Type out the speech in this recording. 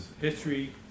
history